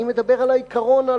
אני מדבר על העיקרון.